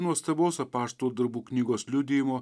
nuostabaus apaštalų darbų knygos liudijimo